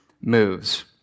moves